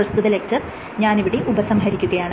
പ്രസ്തുത ലെക്ച്ചർ ഞാൻ ഇവിടെ ഉപസംഹരിക്കുകയാണ്